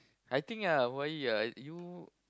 I think ah why you're you